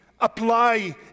apply